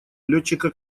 летчика